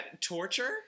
Torture